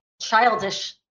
childish